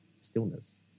stillness